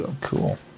Cool